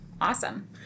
Awesome